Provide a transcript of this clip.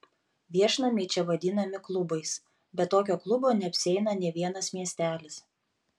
viešnamiai čia vadinami klubais be tokio klubo neapsieina nė vienas miestelis